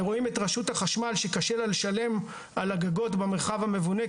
אנחנו רואים את רשות החשמל שקשה לה לשלם על הגגות במרחב המבונה,